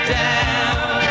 down